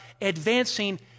advancing